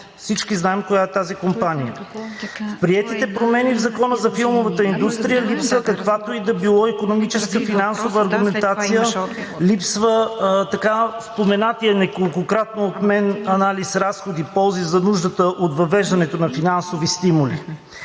Всички знаем коя е тази компания. В приетите промени в Закона за филмовата индустрия липсва каквато и да било икономическа, финансова аргументация, липсва споменатият неколкократно от мен анализ разходи-ползи за нуждата от въвеждането на финансови стимули.